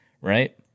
right